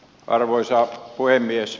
arvoisa puhemies